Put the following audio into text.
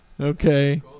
Okay